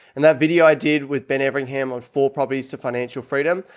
and that video i did with ben everingham on four properties to financial freedom.